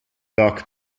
dock